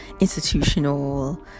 institutional